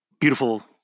beautiful